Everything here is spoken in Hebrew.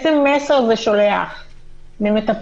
איזה מסר זה שולח למטפלות,